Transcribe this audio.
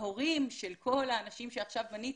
ההורים של כל האנשים שעכשיו מניתי,